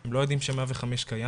הם לא יודעים ש- 105 קיים,